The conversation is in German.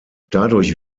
dadurch